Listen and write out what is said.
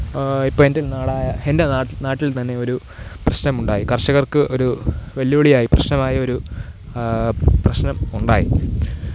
ഇപ്പം എന്റെ നാടായ എന്റെ നാട്ടില്ത്തന്നെ ഒരു പ്രശ്നം ഉണ്ടായി കര്ഷകര്ക്ക് ഒരു വെല്ലുവിളിയായി പ്രശ്നമായൊരു പ്രശ്നം ഉണ്ടായി